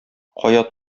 кая